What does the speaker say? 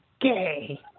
Gay